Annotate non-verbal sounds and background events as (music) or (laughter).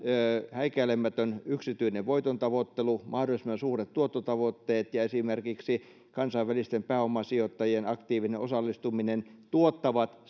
häikäilemätön yksityinen voitontavoittelu mahdollisimman suuret tuottotavoitteet ja esimerkiksi kansainvälisten pääomasijoittajien aktiivinen osallistuminen tuottavat (unintelligible)